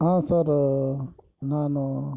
ಹಾಂ ಸರು ನಾನು